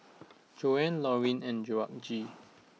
Joanie Loreen and Georgette